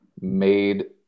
made